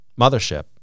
mothership